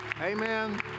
amen